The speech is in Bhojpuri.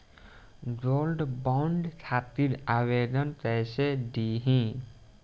गोल्डबॉन्ड खातिर आवेदन कैसे दिही?